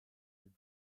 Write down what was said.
your